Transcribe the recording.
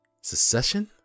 Secession